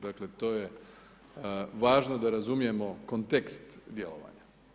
Dakle, to je važno da razumijemo kontekst djelovanja.